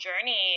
journey